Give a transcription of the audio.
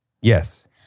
Yes